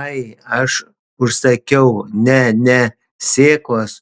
ai aš užsakiau ne ne sėklas